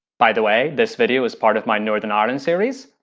by the way, this video is part of my northern ireland series.